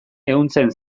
ehuntzen